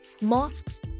mosques